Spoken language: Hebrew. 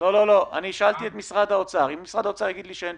אנחנו מכירים את המורכבות, אנחנו מכירים את